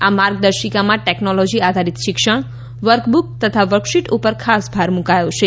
આ માર્ગદર્શિકામાં ટેકનોલોજી આધારિત શિક્ષણ વર્કબુક તથા વર્કશીટ ઉપર ખાસ ભાર મૂકાયો છે